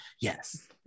Yes